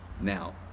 Now